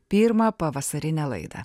pirmą pavasarinę laidą